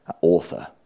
author